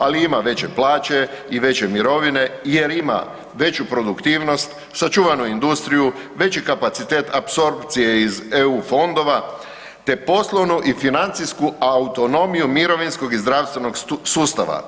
Ali ima veće plaće i veće mirovine jer ima veću produktivnost, sačuvanu industriju, veći kapacitet apsorpcije iz EU fondova te poslovnu i financijski autonomiju mirovinskog i zdravstvenog sustava.